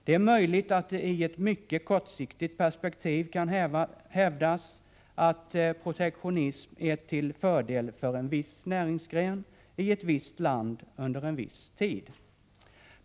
Det är möjligt att det i ett mycket kortsiktigt perspektiv kan hävdas att protektionism är till fördel för en viss näringsgren i ett visst land under en viss tid.